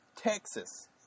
Texas